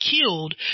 killed